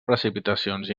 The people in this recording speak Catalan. precipitacions